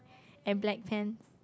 and black pants